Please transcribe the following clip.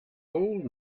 old